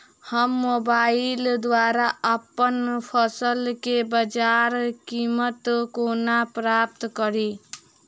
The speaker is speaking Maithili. हम मोबाइल द्वारा अप्पन फसल केँ बजार कीमत कोना प्राप्त कड़ी?